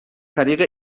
طریق